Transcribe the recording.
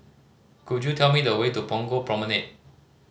could you tell me the way to Punggol Promenade